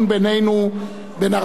בין ערבים ויהודים,